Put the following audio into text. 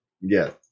Yes